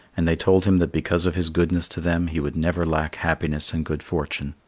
and they told him that because of his goodness to them he would never lack happiness and good fortune.